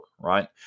right